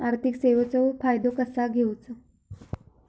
आर्थिक सेवाचो फायदो कसो घेवचो?